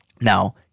Now